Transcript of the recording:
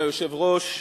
אדוני היושב-ראש,